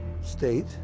state